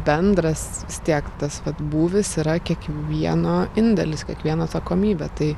bendras vis tiek tas būvis yra kiekvieno indėlis kiekvieno atsakomybė tai